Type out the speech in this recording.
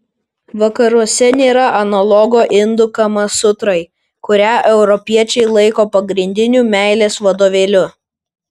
vakaruose nėra analogo indų kamasutrai kurią europiečiai laiko pagrindiniu meilės vadovėliu